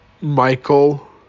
Michael